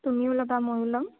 তুমি ল'বা ময়ো ল'ম